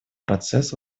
процесс